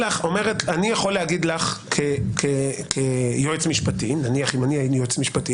אני יכול לומר לך כיועץ משפטי אם נניח אני יועץ משפטי